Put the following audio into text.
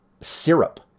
syrup